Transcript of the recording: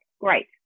Great